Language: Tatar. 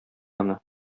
аны